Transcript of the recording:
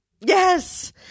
Yes